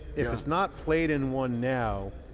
if it's not played in one now,